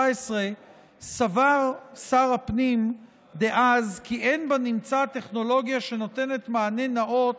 סבר שר הפנים דאז כי אין בנמצא טכנולוגיה שנותנת מענה נאות